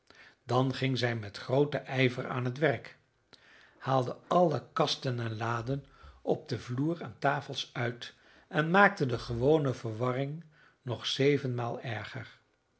dan ging zij met grooten ijver aan het werk haalde alle kasten en laden op den vloer en de tafels uit en maakte de gewone verwarring nog zevenmaal erger